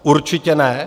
Určitě ne.